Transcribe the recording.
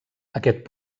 aquest